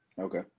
Okay